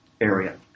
area